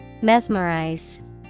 Mesmerize